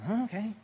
Okay